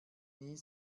nie